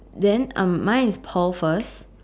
then um mine is Paul first